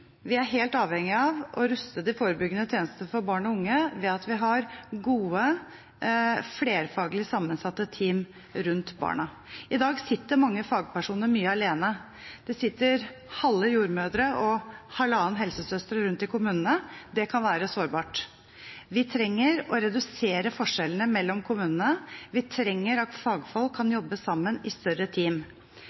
vi er helt avhengig av å ruste de forebyggende tjenestene for barn og unge ved at vi har gode flerfaglig sammensatte team rundt barna. I dag sitter mange fagpersoner mye alene. Det sitter halve jordmødre og halvannen helsesøster rundt i kommunene. Det kan være sårbart. Vi trenger å redusere forskjellene mellom kommunene. Vi trenger at fagfolk kan jobbe sammen i større team.